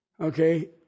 Okay